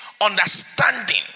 understanding